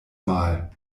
mal